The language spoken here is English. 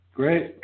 Great